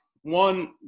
one